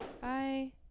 Bye